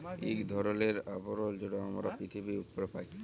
ইক ধরলের আবরল যেট আমরা পিথিবীর উপ্রে পাই